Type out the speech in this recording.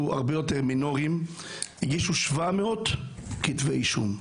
הרבה יותר מינוריים אבל שם הוגשו 700 כתבי אישום.